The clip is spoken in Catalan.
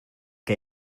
que